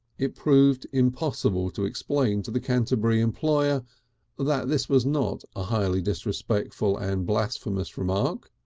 it proved impossible to explain to the canterbury employer that this was not a highly disrespectful and blasphemous remark.